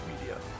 Media